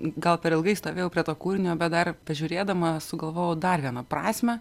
gal per ilgai stovėjau prie to kūrinio bet dar bežiūrėdama sugalvojau dar vieną prasmę